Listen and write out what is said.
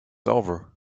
over